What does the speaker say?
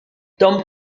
tom